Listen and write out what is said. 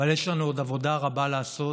אבל יש לנו עוד עבודה רבה לעשות